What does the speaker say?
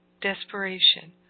desperation